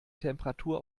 temperatur